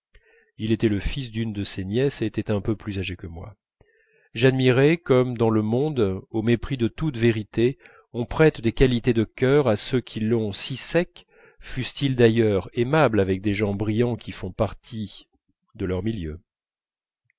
que moi j'admirai comme dans le monde au mépris de toute vérité on prête des qualités de cœur à ceux qui l'ont si sec fussent-ils d'ailleurs aimables avec des gens brillants qui font partie de leur milieu